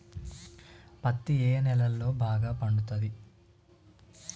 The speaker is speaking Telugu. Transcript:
పత్తి ఏ నేలల్లో బాగా పండుతది?